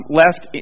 left